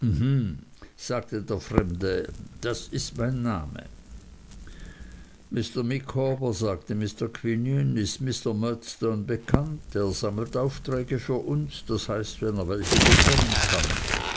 sagte der fremde das ist mein name mr micawber sagte mr quinion ist mr murdstone bekannt er sammelt aufträge für uns das heißt wenn er welche bekommen kann